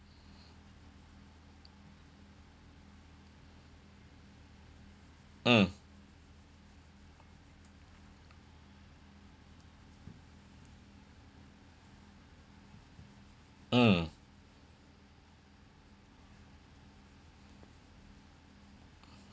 mm mm